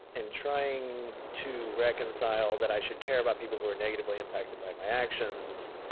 and trying to reconcile that i should care about people who are negatively impacted by my actions,